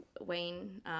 Wayne